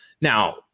Now